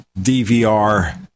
DVR